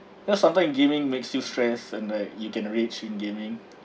because sometime gaming makes you stress and like you can rage in gaming